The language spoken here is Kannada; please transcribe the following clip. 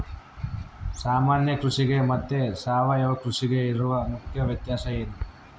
ಸಾಮಾನ್ಯ ಕೃಷಿಗೆ ಮತ್ತೆ ಸಾವಯವ ಕೃಷಿಗೆ ಇರುವ ಮುಖ್ಯ ವ್ಯತ್ಯಾಸ ಏನು?